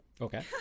Okay